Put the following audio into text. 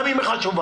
גם אם היא חשובה.